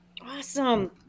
awesome